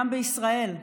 גם בישראל.